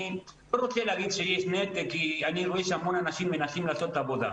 אני לא רוצה להגיד שיש נתק כי אני רואה שהמון אנשים מנסים לעבוד.